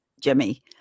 Jimmy